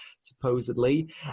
supposedly